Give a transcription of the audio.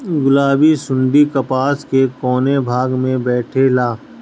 गुलाबी सुंडी कपास के कौने भाग में बैठे ला?